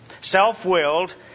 self-willed